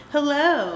Hello